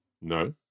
No